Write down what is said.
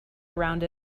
around